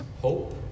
hope